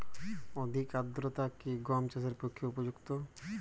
অধিক আর্দ্রতা কি গম চাষের পক্ষে উপযুক্ত?